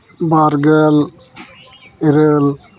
ᱵᱟᱨᱜᱮᱞ ᱤᱨᱟᱹᱞ